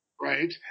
Right